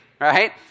right